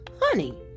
Honey